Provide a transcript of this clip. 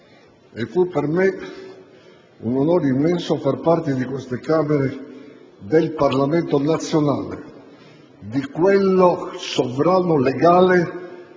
E fu per me un onore immenso far parte di queste Camere del Parlamento nazionale, di quel sovrano legale